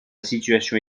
situation